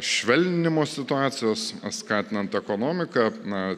švelninimo situacijos skatinant ekonomiką na